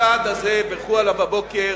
הצעד הזה בירכו עליו הבוקר